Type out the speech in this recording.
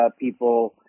people